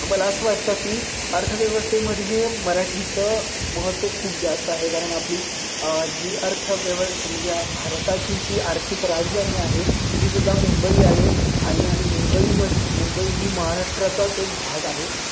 मला असं वाटतं की अर्थव्यवस्थेमध्ये मराठीचं महत्त्व खूप जास्त आहे कारण आपली जी अर्थव्यवस्था म्हणजे भारताची जी आर्थिक राजधानी आहे ही सुद्धा मुंबई आळे आहे आणि मुंबईमध्ये मुंबई ही महाराष्ट्राचाच एक भाग आहे